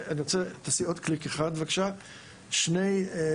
אנחנו עובדים עם שני גופים.